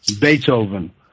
Beethoven